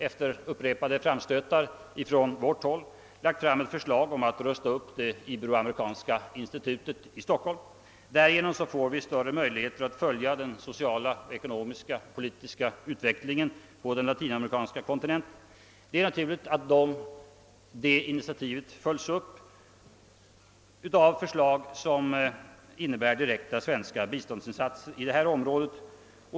Efter upprepade framstötar från vårt håll har regeringen nyligen lagt fram förslag om att rusta upp Ibero-amerikanska institutet i Stockholm. Därigenom får vi större möjligheter att följa den sociala, ekonomiska och politiska utvecklingen på den latinamerikanska kontinenten. Det är också naturligt att det initiativet följs upp av förslag som innebär direkta svenska biståndsinsatser i detta område.